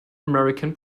american